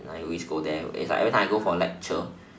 and I always go there it's like every time I go there for lecture